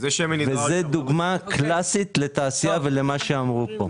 זה דוגמה קלאסית לתעשייה ולמה שאמרו פה.